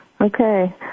Okay